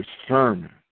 discernment